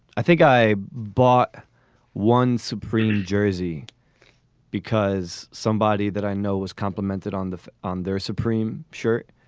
i think i bought one supreme jersey because somebody that i know was complimented on the on their supreme shirt.